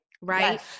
Right